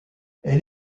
elle